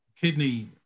Kidney